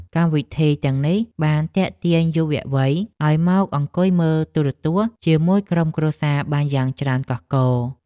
កម្មវិធីទាំងនេះបានទាក់ទាញយុវវ័យឱ្យមកអង្គុយមើលទូរទស្សន៍ជាមួយក្រុមគ្រួសារបានយ៉ាងច្រើនកុះករ។